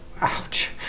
ouch